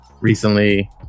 recently